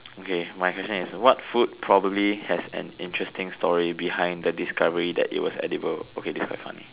okay my question is what food probably has an interesting story behind the discovery that it was edible okay this is quite funny